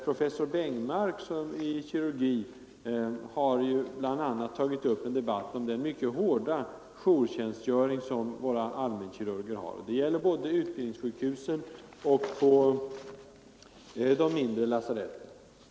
Professor Bengmark, som är verksam inom kirurgi, har ju bl.a. tagit upp en debatt om den mycket hårda jourtjänstgöring som våra allmänkirurger har både vid utbildningssjukhusen och på de mindre lasaretten.